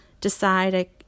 decide